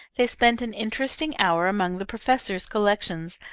they spent an interesting hour among the professor's collections,